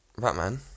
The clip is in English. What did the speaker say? Batman